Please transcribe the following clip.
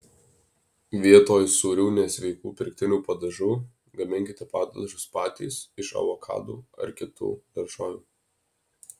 vietoj sūrių nesveikų pirktinių padažų gaminkite padažus patys iš avokadų ar kitų daržovių